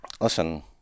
Listen